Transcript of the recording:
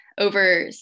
over